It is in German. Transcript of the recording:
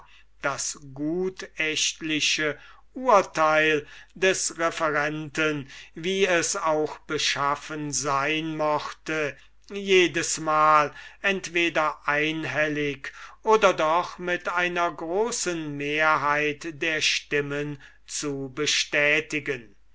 das gutächtliche urteil des referenten jedesmal entweder einhellig oder doch mit einer großen mehrheit der stimmen zu bestätigen